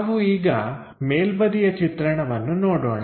ನಾವು ಈಗ ಮೇಲ್ಬದಿಯ ಚಿತ್ರಣವನ್ನು ನೋಡೋಣ